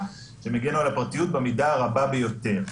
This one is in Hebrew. שהם יגנו על הפרטיות במידה הרבה ביותר.